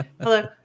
Hello